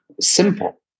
Simple